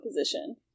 position